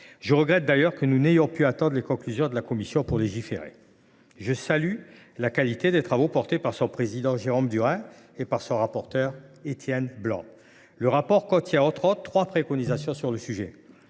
Je regrette d’ailleurs que nous n’ayons pu attendre les conclusions de cette commission d’enquête pour légiférer en la matière. Je salue la qualité des travaux menés par son président, Jérôme Durain, et par son rapporteur, Étienne Blanc. Leur rapport contient, entre autres, trois préconisations directement